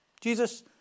Jesus